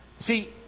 See